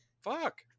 fuck